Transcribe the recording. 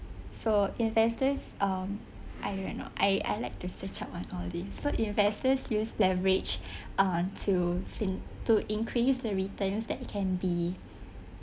so investors um I don't know I I like to search up on all this so investors use leverage uh to sin~ to increase the returns that can be